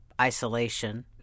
isolation